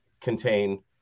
contain